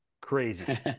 crazy